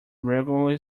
regularly